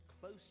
close